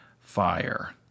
fire